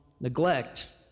neglect